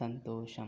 సంతోషం